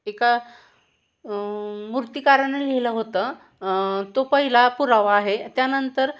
एका मूर्तिकारानं लिहिलं होतं तो पहिला पुरावा आहे त्यानंतर